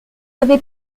avez